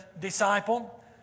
disciple